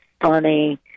funny